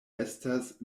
estas